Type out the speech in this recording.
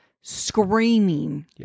screaming